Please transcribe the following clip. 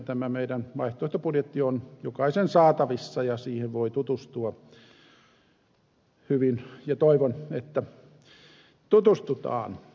tämä meidän vaihtoehtobudjetti on jokaisen saatavissa ja siihen voi tutustua hyvin ja toivon että tutustutaan